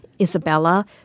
Isabella